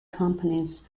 companies